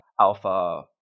alpha